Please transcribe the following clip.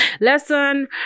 lesson